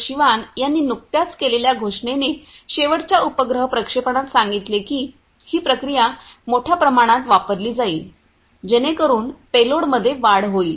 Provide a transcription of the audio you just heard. शिवान यांनी नुकत्याच केलेल्या घोषणेने शेवटच्या उपग्रह प्रक्षेपणात सांगितले की ही प्रक्रिया मोठ्या प्रमाणात वापरली जाईल जेणेकरून पेलोडमध्ये वाढ होईल